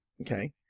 Okay